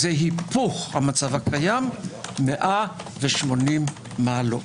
זה היפוך המצב הקיים 180 מעלות.